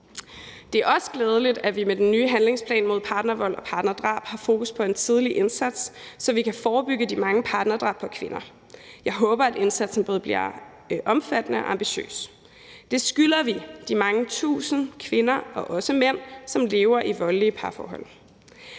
Det er også glædeligt, at vi med den nye handlingsplan mod partnervold og partnerdrab har fokus på en tidlig indsats, så vi kan forebygge de mange partnerdrab på kvinder. Jeg håber, at indsatsen bliver både omfattende og ambitiøs. Det skylder vi de mange tusind kvinder og også mænd, som lever i voldelige parforhold.